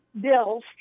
bills